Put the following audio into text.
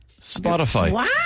Spotify